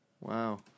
Wow